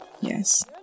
Yes